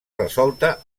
resolta